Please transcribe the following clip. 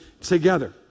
together